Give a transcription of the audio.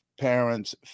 parents